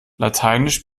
lateinisch